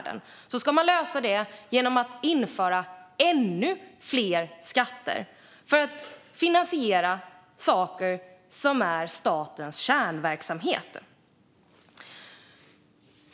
Det ska lösas genom att införa ännu fler skatter för att finansiera saker som är statens kärnverksamheter.